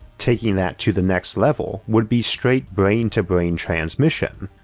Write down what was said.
taking that to the next level would be straight brain to brain transmission,